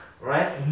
Right